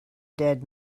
dead